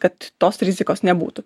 kad tos rizikos nebūtų